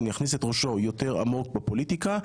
יכניס את ראשו יותר עמוק בפוליטיקה,